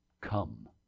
come